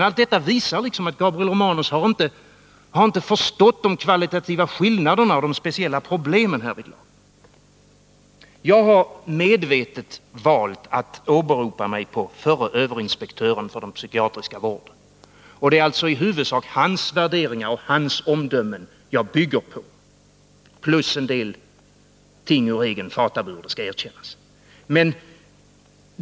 Allt detta visar att Gabriel Romanus inte har förstått de kvalitativa skillnaderna och de speciella problemen härvidlag. Jag har medvetet valt att åberopa mig på förre överinspektören för den psykiatriska vården. Det är alltså i huvudsak hans värderingar och hans omdömen jag bygger på, plus en del ting ur egen fatabur, det skall erkännas.